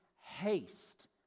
haste